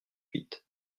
huit